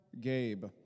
Gabe